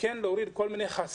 כן היה צריך להוריד כל מיני חסמים